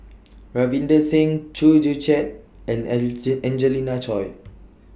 Ravinder Singh Chew Joo Chiat and Angelina Choy